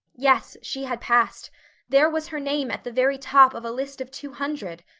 yes, she had passed there was her name at the very top of a list of two hundred!